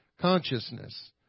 consciousness